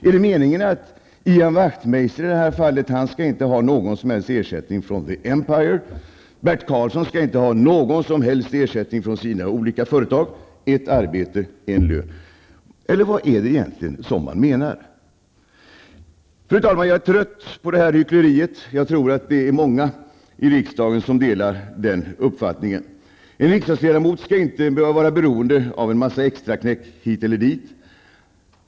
Är det meningen att Ian Wachtmeister i detta fall inte skall ha någon som helst ersättning från The Empire, Bert Karlsson inte någon som helst ersättning från sina olika företag -- ett arbete, en lön -- eller vad är det egentligen man menar? Fru talman! Jag är trött på det här hyckleriet! Jag tror att vi är många i riksdagen som delar den uppfattningen. En riksdagsledamot skall inte behöva vara beroende av en massa extraknäck av olika slag.